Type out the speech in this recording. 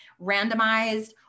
randomized